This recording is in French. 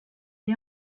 est